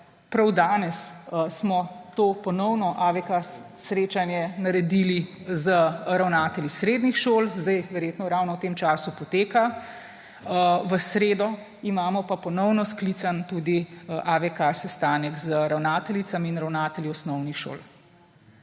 Prav danes smo ponovno to AVK srečanje naredili z ravnatelji srednjih šol, zdaj verjetno ravno v tem času poteka. V sredo imamo pa ponovno sklican tudi AVK sestanek z ravnateljicami in ravnatelji osnovnih šol.